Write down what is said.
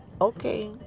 Okay